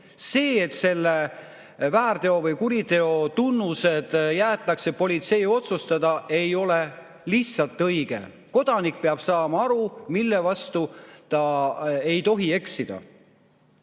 See, et väärteo või kuriteo tunnused jäetakse politsei otsustada, ei ole lihtsalt õige. Kodanik peab aru saama, mille vastu ta ei tohi eksida.